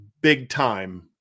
big-time